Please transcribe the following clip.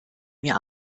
mir